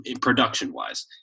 production-wise